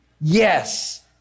Yes